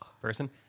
person